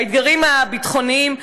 באתגרים הביטחוניים,